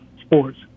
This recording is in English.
sports